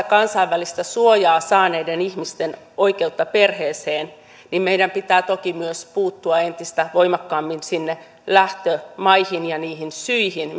kansainvälistä suojaa saaneiden ihmisten oikeutta perheeseen meidän pitää toki myös puuttua entistä voimakkaammin sinne lähtömaihin ja niihin syihin